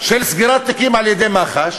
של סגירת תיקים על-ידי מח"ש